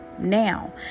Now